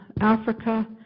Africa